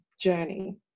journey